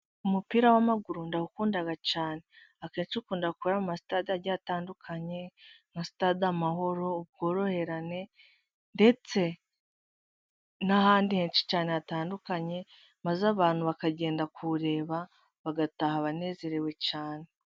Umupira w'amaguru ndawukunda cyane. Akenshi ukunda kubera ku ma stade agiye atandukanye nka sitade amahoro, ubworoherane, ndetse n'ahandi henshi cyane hatandukanye, maze abantu bakagenda kuwureba bagataha banezerewe cyane.